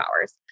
hours